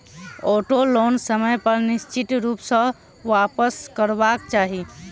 auto loan समय पर निश्चित रूप सॅ वापसकरबाक चाही